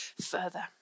further